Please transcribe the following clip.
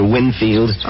Winfield